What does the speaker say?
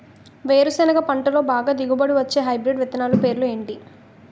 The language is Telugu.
వేరుసెనగ పంటలో బాగా దిగుబడి వచ్చే హైబ్రిడ్ విత్తనాలు పేర్లు ఏంటి?